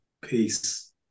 Peace